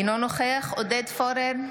אינו נוכח עודד פורר,